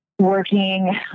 working